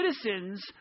citizens